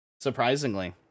surprisingly